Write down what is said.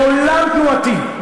מעולם תנועתי,